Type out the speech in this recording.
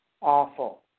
awful